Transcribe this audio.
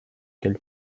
quel